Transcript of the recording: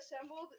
assembled